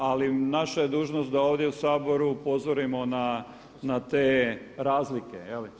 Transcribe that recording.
Ali naša je dužnost da ovdje u Saboru upozorimo na te razlike.